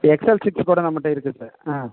Excel six ஃபோரும் நம்மகிட்ட இருக்குது சார் ஆ